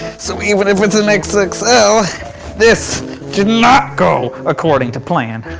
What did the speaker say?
so, even if it's an xxl like so this did not go according to plan.